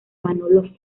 manolo